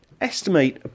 estimate